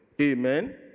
Amen